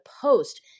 Post